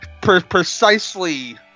precisely